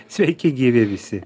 sveiki gyvi visi